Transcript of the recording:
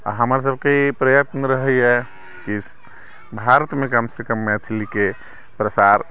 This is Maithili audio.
आओर हमर सभके ई प्रयत्न रहैया कि भारतमे कमसँ कम मैथिलीके प्रसार